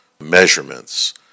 measurements